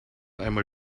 einmal